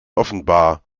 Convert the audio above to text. offenbar